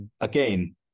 again